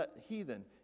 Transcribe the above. heathen